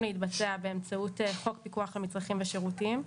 להתבצע באמצעות חוק פיקוח על מצרכים ושירותים.